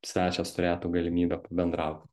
svečias turėtų galimybę pabendraut